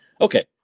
Okay